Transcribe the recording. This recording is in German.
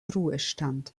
ruhestand